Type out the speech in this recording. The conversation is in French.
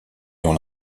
dans